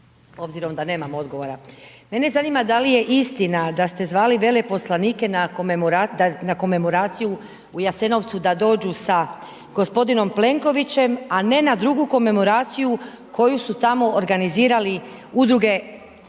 obzirom da nemam odgovora. Mene zanima da li je istina da ste zvali veleposlanike na komemoraciju u Jasenovcu da dođu sa g. Plenkovićem, a ne na drugu komemoraciju koju su tamo organizirali udruge Saveza